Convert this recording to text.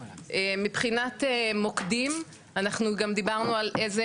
מבחינת מוקדים אנחנו גם דיברנו על איזה